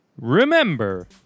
remember